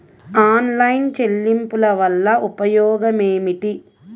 Online చెల్లింపుల వల్ల ఉపయోగమేమిటీ?